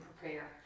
prepare